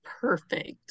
perfect